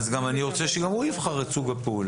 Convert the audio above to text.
אני רוצה שגם הוא יבחר את סוג הפעולה.